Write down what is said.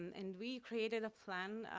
and we created a plan,